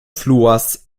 fluas